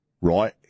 Right